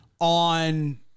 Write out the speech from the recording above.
on